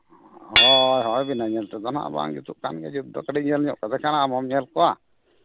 ᱦᱳᱭ ᱦᱳᱭ ᱵᱤᱱᱟᱹ ᱧᱮᱞ ᱛᱮᱫᱚ ᱦᱟᱸᱜ ᱵᱟᱝ ᱡᱩᱛᱩᱜ ᱠᱟᱱ ᱜᱮᱭᱟ ᱡᱩᱛ ᱫᱚ ᱠᱟᱹᱴᱤᱡ ᱧᱮᱞ ᱧᱚᱜ ᱠᱟᱛᱮᱫ ᱠᱟᱱᱟ ᱟᱢ ᱦᱚᱸᱢ ᱧᱮᱞ ᱠᱚᱣᱟ